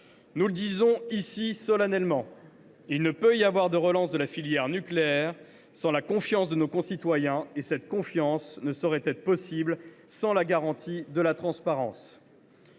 Nous le disons ici solennellement : il ne peut y avoir de relance de la filière nucléaire sans la confiance de nos concitoyens, et cette confiance ne saurait être possible sans la garantie de la transparence.